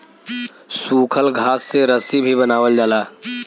सूखल घास से रस्सी भी बनावल जाला